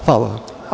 Hvala.